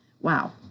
Wow